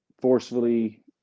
forcefully